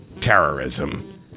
terrorism